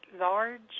large